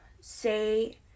say